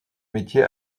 métier